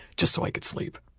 just so i could sleep.